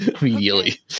immediately